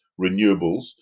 renewables